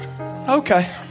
Okay